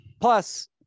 Plus